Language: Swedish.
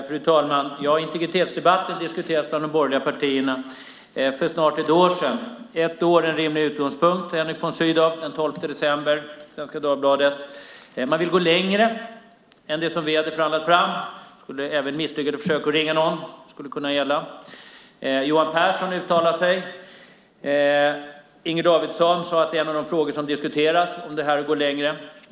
Fru talman! Integritetsdebatten diskuterades i de borgerliga partierna för snart ett år sedan. Ett år är en rimlig utgångspunkt, säger Henrik von Sydow den 12 december i Svenska Dagbladet, och de vill på ett par punkter gå längre än det vi hade förhandlat fram och menar att även misslyckade försök att ringa någon skulle kunna omfattas. Johan Pehrson uttalar sig. Inger Davidson sade att det här om att gå längre är en av de frågor som diskuteras.